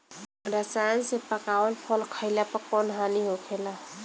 रसायन से पकावल फल खइला पर कौन हानि होखेला?